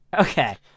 okay